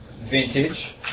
Vintage